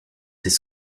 ces